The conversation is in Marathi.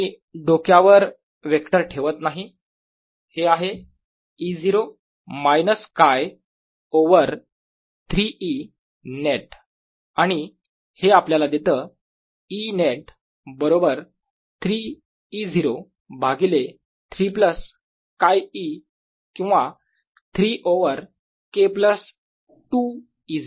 मी डोक्यावर वेक्टर ठेवत नाही हे आहे E0 minus 𝛘 over 3 e net आणि हे आपल्याला देतं e net बरोबर 3 e0 भागिले 3 प्लस 𝛘e किंवा 3 ओवर K प्लस 2 E0